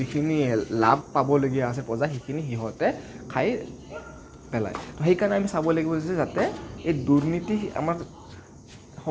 যিখিনি লাভ পাবলগীয়া আছে প্ৰজা সেইখিনি সিহঁতে খাই পেলায় সেইকাৰণে চাব লাগিব যে যাতে সেই দুৰ্নীতি আমাক